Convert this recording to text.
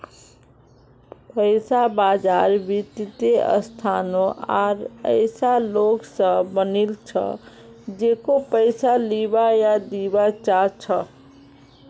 पैसा बाजार वित्तीय संस्थानों आर ऐसा लोग स बनिल छ जेको पैसा लीबा या दीबा चाह छ